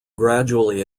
gradually